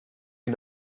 you